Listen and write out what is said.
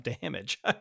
damage